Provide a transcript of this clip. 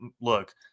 Look